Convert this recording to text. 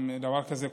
אם דבר כזה קורה,